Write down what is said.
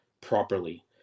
properly